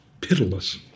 pitiless